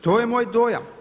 To je moj dojam.